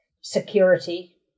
security